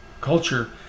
culture